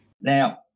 Now